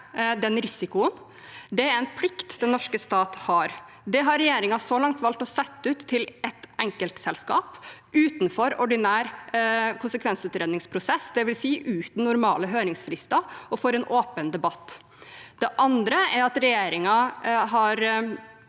risikoen. Det er en plikt den norske stat har. Det har regjeringen så langt valgt å sette ut til et enkeltselskap utenfor ordinær konsekvensutredningsprosess, dvs. uten normale høringsfrister og en åpen debatt. Regjeringen har